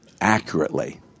accurately